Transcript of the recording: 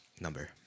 number